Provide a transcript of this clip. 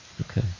Okay